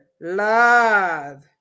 love